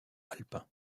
alpin